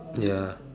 ya